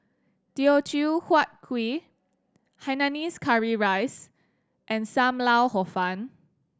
Teochew Huat Kuih hainanese curry rice and Sam Lau Hor Fun